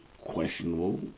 questionable